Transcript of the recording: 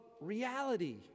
reality